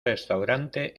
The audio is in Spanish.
restaurante